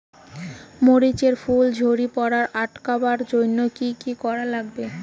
মরিচ এর ফুল ঝড়ি পড়া আটকাবার জইন্যে কি কি করা লাগবে?